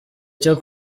cyo